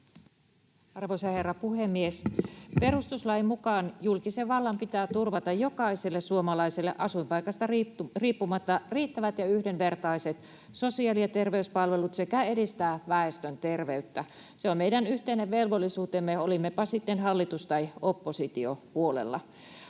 Arvoisa herra puhemies! Perustuslain mukaan julkisen vallan pitää turvata jokaiselle suomalaiselle asuinpaikasta riippumatta riittävät ja yhdenvertaiset sosiaali- ja terveyspalvelut sekä edistää väestön terveyttä. Se on meidän yhteinen velvollisuutemme, olimmepa sitten hallitus- tai oppositiopuolella.